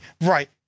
right